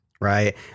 right